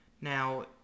now